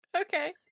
Okay